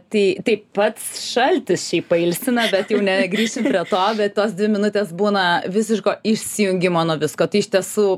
tai tai pats šaltis šiaip pailsina bet jau negrįšim prie to bet tos dvi minutės būna visiško išsijungimo nuo visko tai iš tiesų